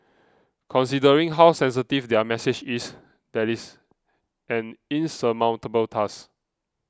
considering how sensitive their message is that is an insurmountable task